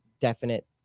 definite